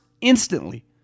instantly